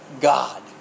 God